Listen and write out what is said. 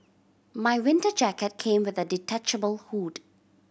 my winter jacket came with a detachable hood